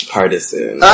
Partisan